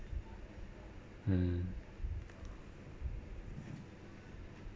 mm